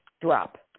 drop